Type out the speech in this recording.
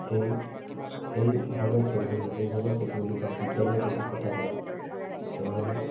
সেই সেই ধৰণৰ খেলসমূহ সেই ধৰণৰ প্ৰতিযোগীতা বিদ্যালয়ত যদি পতা হয় তেনেহ'লে